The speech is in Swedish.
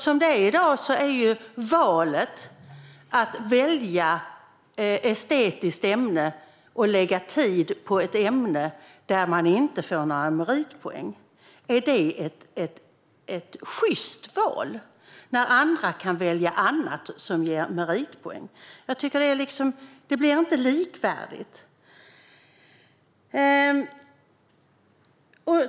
Som det är i dag innebär valet av ett estetiskt ämne att man lägger tid på ett ämne där man inte får några meritpoäng. Är det ett sjyst val när andra kan välja annat, som ger meritpoäng? Jag tycker inte att det blir likvärdigt.